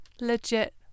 Legit